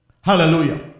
Hallelujah